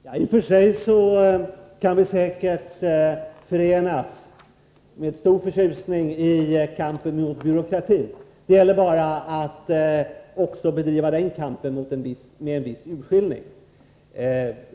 Herr talman! I och för sig kan vi säkert med stor förtjusning förenas i kampen mot byråkratin. Det gäller bara att bedriva också den kampen med en viss urskillning.